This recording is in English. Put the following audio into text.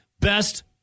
Best